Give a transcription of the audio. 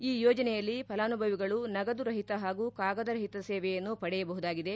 ಈ ಯೋಜನೆಯಲ್ಲಿ ಫಲಾನುಭವಿಗಳು ನಗದು ರಹಿತ ಹಾಗೂ ಕಾಗದ ರಹಿತ ಸೇವೆಯನ್ನು ಪಡೆಯಬಹುದಾಗಿದೆ